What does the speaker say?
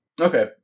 Okay